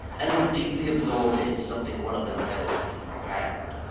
and were deeply absorbed in something one of them held in her hand.